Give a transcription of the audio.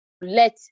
let